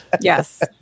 Yes